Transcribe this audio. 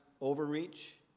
overreach